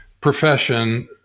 profession